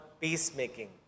peacemaking